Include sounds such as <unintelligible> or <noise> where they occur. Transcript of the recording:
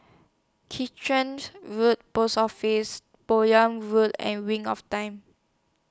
<unintelligible> Road Post Office Bowyer <unintelligible> and Wings of Time